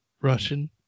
Russian